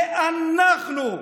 זה אנחנו.